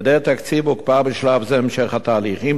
בהיעדר תקציב הוקפא בשלב זה המשך התהליך.